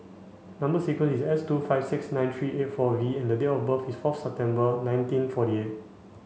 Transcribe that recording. number sequence is S two five six nine three eight four V and date of birth is fourth September nineteen forty eight